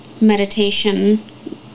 meditation